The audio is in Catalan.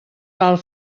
val